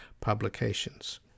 publications